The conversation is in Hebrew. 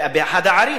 באחת הערים